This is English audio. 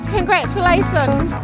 Congratulations